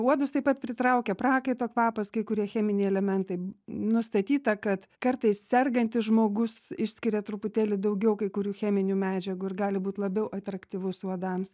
uodus taip pat pritraukia prakaito kvapas kai kurie cheminiai elementai nustatyta kad kartais sergantis žmogus išskiria truputėlį daugiau kai kurių cheminių medžiagų ir gali būt labiau atraktyvus uodams